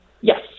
Yes